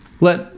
let